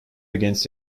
against